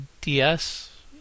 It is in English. DS